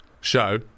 show